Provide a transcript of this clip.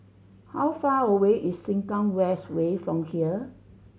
how far away is Sengkang West Way from here